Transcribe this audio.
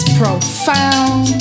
profound